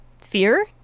fear